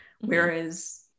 whereas